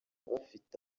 bafite